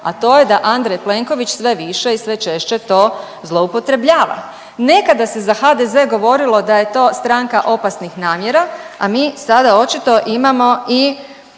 a to je da Andrej Plenković sve više i sve češće to zloupotrebljava. Nekada se za HDZ govorilo da je to stranka opasnih namjera, a mi sada očito imamo i